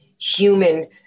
human